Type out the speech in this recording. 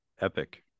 epic